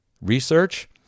research